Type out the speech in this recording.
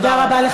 תודה רבה.